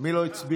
מי לא הצביע?